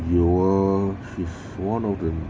有啊 she's one of the